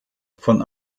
von